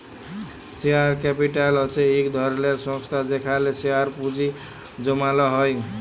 share capital হছে ইক ধরলের সংস্থা যেখালে শেয়ারে পুঁজি জ্যমালো হ্যয়